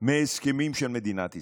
מהסכמים של מדינת ישראל.